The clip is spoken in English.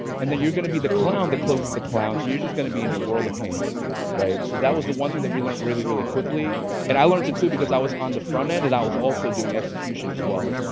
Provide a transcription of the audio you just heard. and then you're gonna be the clown that closes the clown. so you're just gonna be in the world of pain right. so that was the one thing that we learned really, really quickly and i learned too because i was on the front end and i was also doing execution as well.